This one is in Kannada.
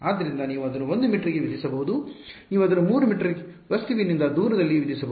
ಆದ್ದರಿಂದ ನೀವು ಅದನ್ನು 1 ಮೀಟರ್ಗೆ ವಿಧಿಸಬಹುದು ನೀವು ಅದನ್ನು 3 ಮೀಟರ್ ವಸ್ತುವಿನಿಂದ ದೂರದಲ್ಲಿ ವಿಧಿಸಬಹುದು